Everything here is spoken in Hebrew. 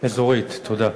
אזורית, תודה.